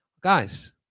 guys